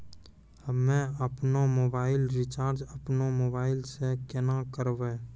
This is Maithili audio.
हम्मे आपनौ मोबाइल रिचाजॅ आपनौ मोबाइल से केना करवै?